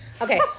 Okay